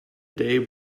day